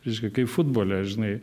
reiškia kai futbole žinai